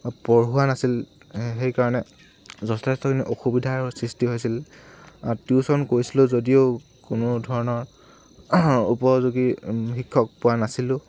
পঢ়োৱা নাছিল সেইকাৰণে যথেষ্টখিনি অসুবিধাৰ সৃষ্টি হৈছিল টিউচন কৰিছিলোঁ যদিও কোনো ধৰণৰ উপযোগী শিক্ষক পোৱা নাছিলোঁ